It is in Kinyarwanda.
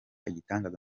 igitangaza